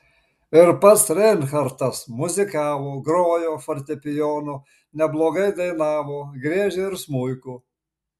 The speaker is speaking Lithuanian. ir pats reinhartas muzikavo grojo fortepijonu neblogai dainavo griežė ir smuiku